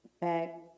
back